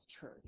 church